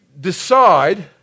decide